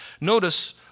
Notice